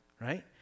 Right